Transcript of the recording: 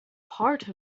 part